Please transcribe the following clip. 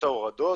ההורדות,